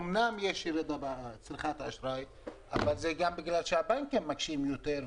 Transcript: אמנם יש ירידה בצריכת האשראי אבל זה גם קורה בגלל שהבנקים מקשים יותר,